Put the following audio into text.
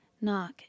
Knock